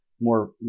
more